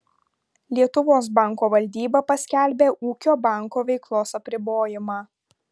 lietuvos banko valdyba paskelbė ūkio banko veiklos apribojimą